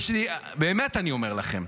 באמת אני אומר לכם.